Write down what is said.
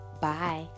Bye